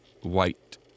white